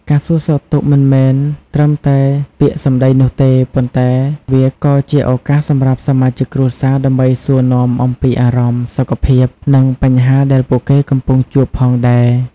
ការសួរសុខទុក្ខមិនមែនត្រឹមតែពាក្យសម្ដីនោះទេ ប៉ុន្តែវាក៏ជាឱកាសសម្រាប់សមាជិកគ្រួសារដើម្បីសួរនាំអំពីអារម្មណ៍ សុខភាព និងបញ្ហាដែលពួកគេកំពុងជួបផងដែរ។